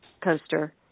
coaster